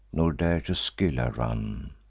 nor dare to scylla run.